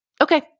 okay